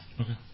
Okay